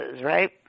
right